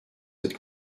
cette